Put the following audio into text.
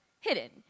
hidden